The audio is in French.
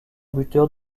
buteur